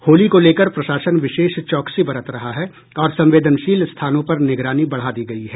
होली को लेकर प्रशासन विशेष चौकसी बरत रहा है और संवेदनशील स्थानों पर निगरानी बढ़ा दी गयी है